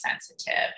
sensitive